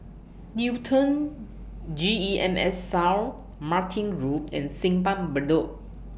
Newton G E M S South Martin Road and Simpang Bedok